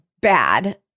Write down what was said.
bad